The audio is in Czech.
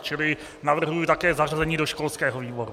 Čili navrhuji také zařazení do školského výboru.